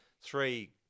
three